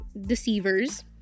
deceivers